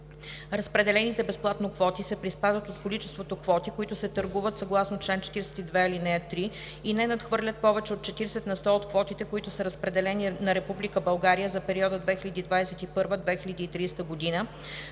Разпределените безплатно квоти се приспадат от количеството квоти, които се търгуват съгласно чл. 42, ал. 3 и не надхвърлят повече от 40 на сто от квотите, които са разпределени на Република България за периода 2021 – 2030 г.,